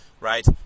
right